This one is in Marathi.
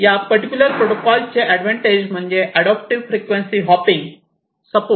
या पर्टिक्युलर प्रोटोकॉल चे एडवांटेज म्हणजे ऍड़ाप्टिव्ह फ्रिक्वेन्सी हॉपिंग सपोर्ट